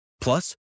Plus